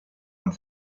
und